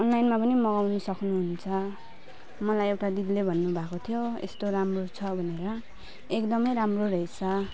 अनलाइनमा पनि मगाउनु सक्नु हुन्छ मलाई एउटा दिदीले भन्नु भएको थियो यस्तो राम्रो छ भनेर एकदम राम्रो रहेछ